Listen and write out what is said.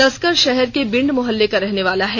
तस्कर शहर के बिंड मोहल्ले का रहनेवाला है